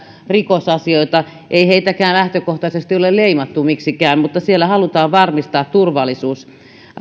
rikosasioita ei heitäkään lähtökohtaisesti ole leimattu miksikään mutta siellä halutaan varmistaa turvallisuus kun